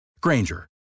Granger